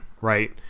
right